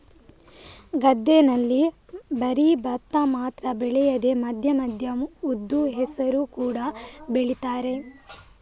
ಗದ್ದೆನಲ್ಲಿ ಬರೀ ಭತ್ತ ಮಾತ್ರ ಬೆಳೆಯದೆ ಮಧ್ಯ ಮಧ್ಯ ಉದ್ದು, ಹೆಸರು ಕೂಡಾ ಬೆಳೀತಾರೆ